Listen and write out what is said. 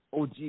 OG